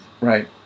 Right